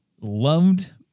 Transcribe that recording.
loved